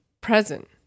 present